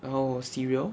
然后 cereal